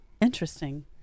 Interesting